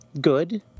good